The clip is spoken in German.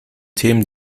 themen